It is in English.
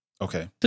Okay